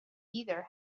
either